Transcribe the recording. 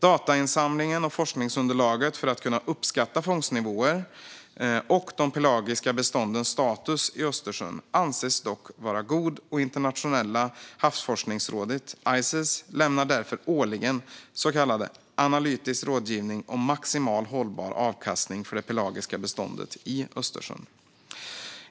Datainsamlingen och forskningsunderlaget för att kunna uppskatta fångstnivåer och de pelagiska beståndens status i Östersjön anses dock vara god, och Internationella havsforskningsrådet, ICES, lämnar därför årligen så kallad analytisk rådgivning om maximal hållbar avkastning för de pelagiska bestånden i Östersjön.